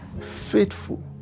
faithful